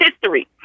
history